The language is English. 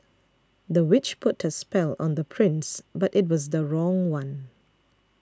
the witch put a spell on the prince but it was the wrong one